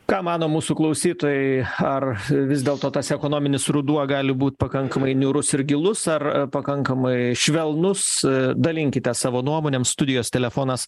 ką mano mūsų klausytojai ar vis dėlto tas ekonominis ruduo gali būt pakankamai niūrus ir gilus ar pakankamai švelnus dalinkitės savo nuomonėm studijos telefonas